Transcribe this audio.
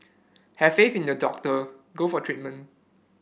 have faith in your doctor go for treatment